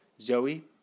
Zoe